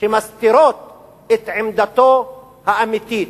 שמסתירות את עמדתו האמיתית.